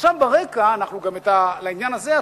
עכשיו ברקע, אנחנו גם לעניין הזה אטומים,